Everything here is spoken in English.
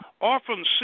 often